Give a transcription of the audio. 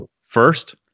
first